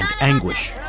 anguish